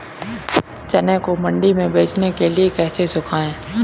चने को मंडी में बेचने के लिए कैसे सुखाएँ?